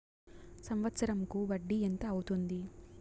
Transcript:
సంవత్సరం కు వడ్డీ ఎంత అవుతుంది?